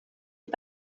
est